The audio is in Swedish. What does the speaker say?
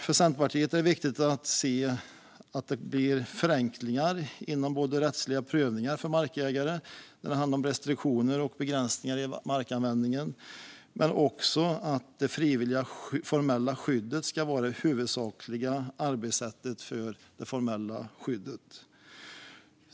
För Centerpartiet är det viktigt med förenklade rättsliga prövningar för markägare när det handlar om restriktioner och begränsningar i markanvändning men också att det frivilliga formella skyddet ska vara det huvudsakliga arbetssättet för det formella skyddet.